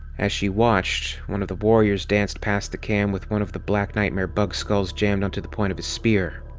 as she watched, one of the warriors danced past the cam with one of the black nightmare-bug skulls jammed onto the point of his spear.